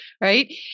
right